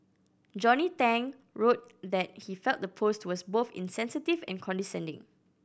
Johnny Tang wrote that he felt the post was both insensitive and condescending